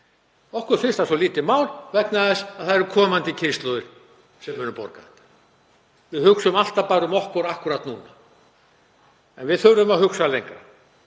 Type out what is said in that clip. Okkur finnst það svo lítið mál vegna þess að það eru komandi kynslóðir sem munu borga. Við hugsum alltaf bara um okkur akkúrat núna, en við þurfum að hugsa lengra.